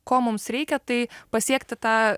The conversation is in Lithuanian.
ko mums reikia tai pasiekti tą